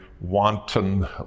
Wanton